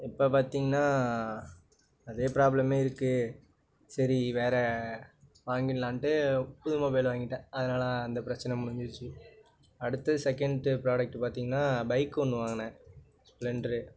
இப்போ பார்த்தீங்கனா அதே ப்ராப்ளமே இருக்குது சரி வேறே வாங்கிடலான்ட்டு புது மொபைல் வாங்கிவிட்டேன் அதனால அந்த பிரச்சனை முடிஞ்சிருச்சு அடுத்து செகெண்ட்டு ப்ரோடக்ட் பார்த்தீங்கன்னா பைக்கு ஒன்று வாங்கினேன் ஸ்ப்லென்டரு